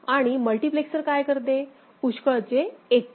आणि मल्टिप्लेक्सर काय करते पुष्कळचे एक करते